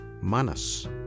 manas